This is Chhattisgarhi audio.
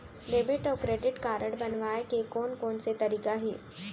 डेबिट अऊ क्रेडिट कारड बनवाए के कोन कोन से तरीका हे?